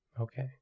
Okay